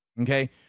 Okay